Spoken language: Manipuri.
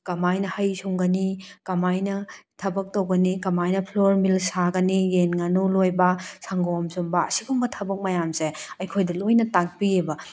ꯀꯃꯥꯏꯅ ꯍꯩ ꯁꯨꯡꯒꯅꯤ ꯀꯃꯥꯏꯅ ꯊꯕꯛ ꯇꯧꯒꯅꯤ ꯀꯃꯥꯏꯅ ꯐ꯭ꯂꯣꯔ ꯃꯤꯜ ꯁꯥꯒꯅꯤ ꯌꯦꯟ ꯉꯥꯅꯨ ꯂꯣꯏꯕ ꯁꯪꯒꯣꯝ ꯁꯨꯝꯕ ꯑꯁꯤꯒꯨꯝꯕ ꯊꯕꯛ ꯃꯌꯥꯝꯁꯦ ꯑꯩꯈꯣꯏꯗ ꯂꯣꯏꯅ ꯇꯥꯛꯄꯤꯑꯦꯕ